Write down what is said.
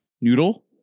noodle